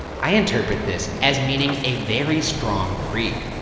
i interpret this as meaning a very strong creek.